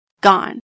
gone